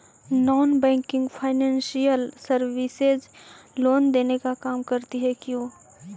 Non banking financial services loan देने का काम करती है क्यू?